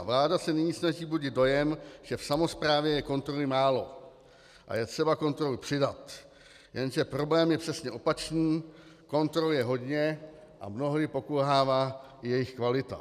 Vláda se nyní snaží budit dojem, že v samosprávě je kontroly málo a je třeba kontroly přidat, jenže problém je přesně opačný kontrol je hodně a mnohdy pokulhává i jejich kvalita.